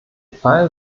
fall